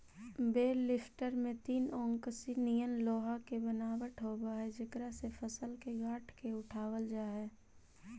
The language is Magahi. बेल लिफ्टर में तीन ओंकसी निअन लोहा के बनावट होवऽ हई जेकरा से फसल के गाँठ के उठावल जा हई